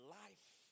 life